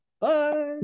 Bye